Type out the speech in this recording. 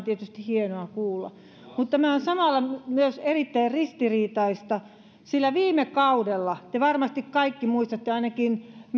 tietysti hienoa kuulla mutta tämä on samalla myös erittäin ristiriitaista sillä viime kaudella te varmasti kaikki muistatte ainakin